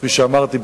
כפי שאמרתי,